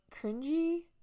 cringy